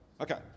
Okay